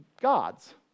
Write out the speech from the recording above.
gods